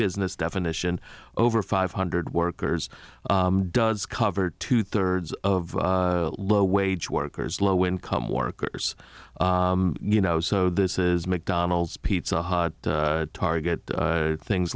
business definition over five hundred workers does cover two thirds of low wage workers low income workers you know so this is mcdonald's pizza hut target things